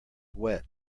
wet